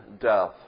death